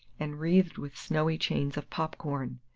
and wreathed with snowy chains of pop-corn.